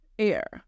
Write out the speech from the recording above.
air